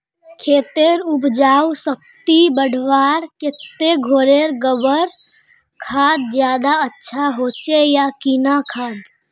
खेतेर उपजाऊ शक्ति बढ़वार केते घोरेर गबर खाद ज्यादा अच्छा होचे या किना खाद?